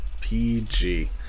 pg